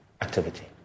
activity